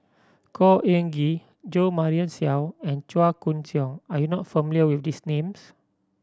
Khor Ean Ghee Jo Marion Seow and Chua Koon Siong are you not familiar with these names